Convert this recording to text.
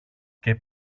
και